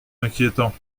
inquiétant